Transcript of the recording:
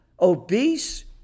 Obese